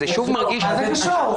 מה זה קשור?